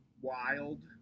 wild